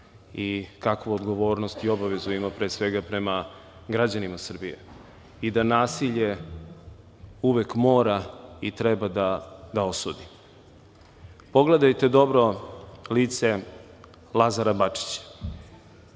i kakvu odgovornost i obavezu ima pre svega prema građanima Srbije i da nasilje uvek mora i treba da osudi. Pogledajte dobro lice Lazara Bačića.